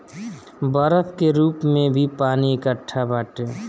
बरफ के रूप में भी पानी एकट्ठा बाटे